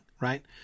right